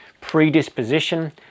predisposition